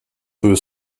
peu